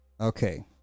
Okay